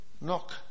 Knock